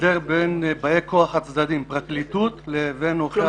הסדר בין באי כוח של הפרקליטות לבין עורכי הדין של הקבלן.